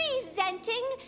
presenting